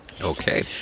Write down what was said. Okay